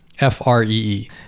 f-r-e-e